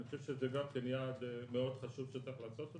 אני חושב שזה גם כן יעד חשוב מאוד שצריך לעשות אותו.